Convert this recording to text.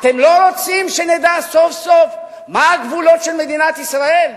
אתם לא רוצים שנדע סוף-סוף מה הגבולות של מדינת ישראל?